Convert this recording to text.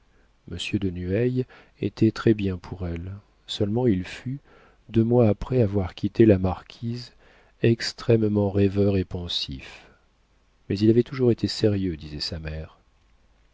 de nueil était très bien pour elle seulement il fut deux mois après avoir quitté la marquise extrêmement rêveur et pensif mais il avait toujours été sérieux disait sa mère